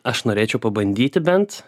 aš norėčiau pabandyti bent